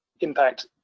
impact